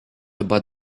about